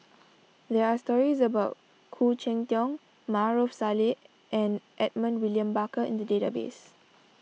there are stories about Khoo Cheng Tiong Maarof Salleh and Edmund William Barker in the database